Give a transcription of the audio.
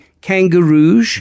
kangaroo